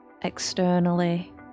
externally